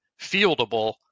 fieldable